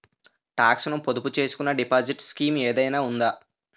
Talks ను పొదుపు చేసుకునే డిపాజిట్ స్కీం ఏదైనా ఉందా?